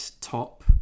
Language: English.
top